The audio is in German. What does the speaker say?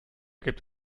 gibt